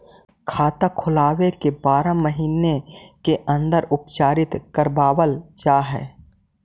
खाता खोले के बाद बारह महिने के अंदर उपचारित करवावल जा है?